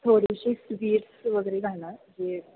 थोडीशी स्वीट्स वगैरे घाला जे